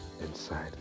inside